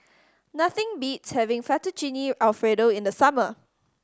nothing beats having Fettuccine Alfredo in the summer